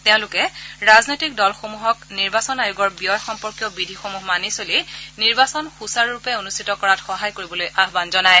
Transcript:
তেওঁলোকে ৰাজনৈতিক দলসমূহক নিৰ্বাচন আয়োগৰ ব্যয় সম্পৰ্কীয় বিধিসমূহো মানি চলি নিৰ্বাচন সুচাৰুৰূপে অনুষ্ঠিত কৰাত সহায় কৰিবলৈ আহান জনায়